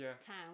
town